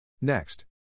Next